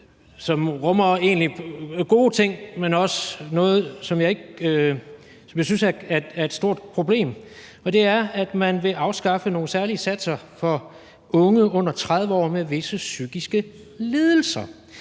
rummer nogle gode ting, også noget, som jeg synes er et stort problem, og det er, at man vil afskaffe nogle særlige satser for unge under 30 år med visse psykiske lidelser.